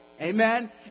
Amen